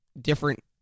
different